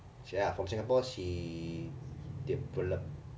she ah she from singapore she developed